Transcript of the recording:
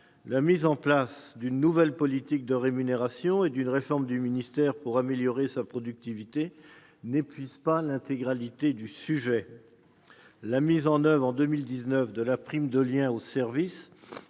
La mise en place d'une nouvelle politique de rémunération et d'une réforme du ministère pour en améliorer la productivité n'épuise pas l'intégralité du sujet. L'instauration de la prime de lien au service